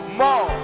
more